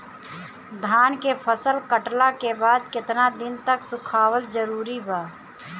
धान के फसल कटला के बाद केतना दिन तक सुखावल जरूरी बा?